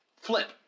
flip